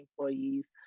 employees